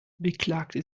beklagte